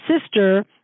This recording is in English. sister